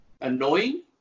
annoying